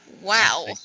Wow